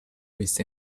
with